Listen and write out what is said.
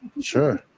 Sure